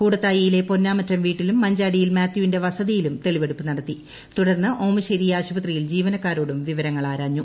കൂടത്തായിലെ പൊന്നാമറ്റം വീട്ടിലൂർ മീഞ്ചാടിയിൽ മാത്യുവിന്റെ വസതിയിലും തെളിവെടുപ്പ് നടത്തി ്രുട്ടർന്ന് ഓമശ്ശേരി ആശുപത്രിയിൽ ജീവനക്കാരോടും വീവരങ്ങൾ ആരാഞ്ഞു